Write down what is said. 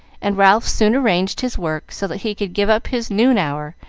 and ralph soon arranged his work so that he could give up his noon hour,